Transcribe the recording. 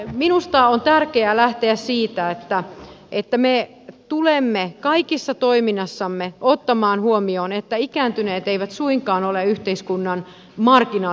minusta on tärkeää lähteä siitä että me tulemme kaikessa toiminnassamme ottamaan huomioon että ikääntyneet eivät suinkaan ole yhteiskunnan marginaaliryhmä